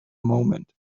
moment